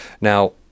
Now